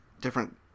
different